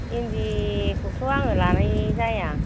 इन्दिखौथ' आङो लानाय जाया